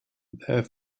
their